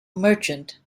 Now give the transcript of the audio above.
merchant